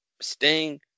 Sting